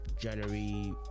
january